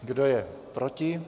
Kdo je proti?